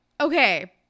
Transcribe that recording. okay